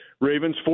Ravens